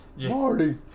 Marty